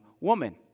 woman